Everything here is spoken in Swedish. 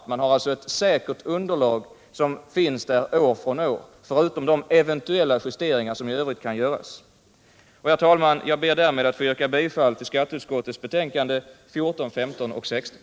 Det föreligger alltså ett säkert underlag, som finns kvar år efter år bortsett från de eventuella justeringar som kan göras. Herr talman! Jag ber att få yrka bifall till skatteutskottets hemställan i dess betänkanden nr 14, 15 och 16.